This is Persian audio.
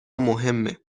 مهمه